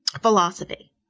philosophy